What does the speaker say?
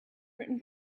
written